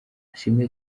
ishimwe